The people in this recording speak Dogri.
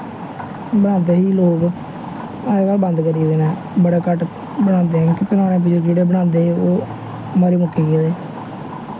बनांदे हे लोग अजकल बंद करी दे न बड़े घट्ट बनांदे पराने बजुर्ग जेह्ड़े बनांदे हे ओह् मरी मुक्की गेदे